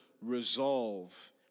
resolve